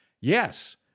yes